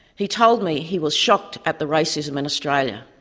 he told me he was shocked at the racism in australia,